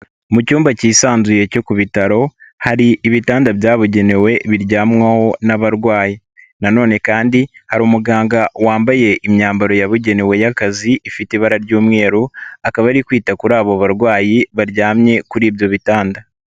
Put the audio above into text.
Mu cyumba cyisanzuye cyo ku bitaro, hari ibitanda byabugenewe biryamwaho n'abarwayi na none kandi hari umuganga wambaye imyambaro yabugenewe y'akazi ifite ibara ry'umweru, akaba ari kwita kuri abo barwayi baryamye kuri ibyo bitanda.